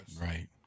Right